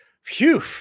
phew